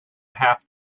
have